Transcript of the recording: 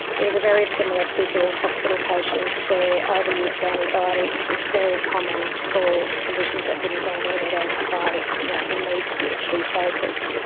it was a very similar figure in hospital patients where overuse of antibiotics is very common for conditions that wouldn't normally need antibiotics, and that will need to be a key focus.